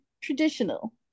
traditional